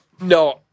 no